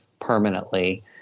permanently